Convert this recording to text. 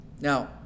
Now